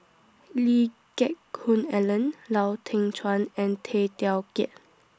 Lee Geck Hoon Ellen Lau Teng Chuan and Tay Teow Kiat